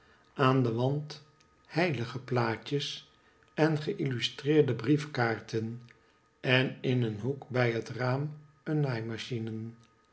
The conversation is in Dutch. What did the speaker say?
aan de wand heiligeplaatjes en ge illustreerde briefkaarten en in een hoek bij het raam een naaimachine